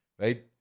right